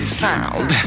sound